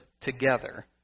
together